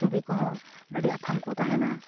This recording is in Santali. ᱪᱷᱚᱵᱤ ᱠᱚᱦᱚᱸ ᱟᱹᱰᱤ ᱟᱛᱷᱟᱢ ᱠᱚ ᱛᱟᱦᱮᱱᱟ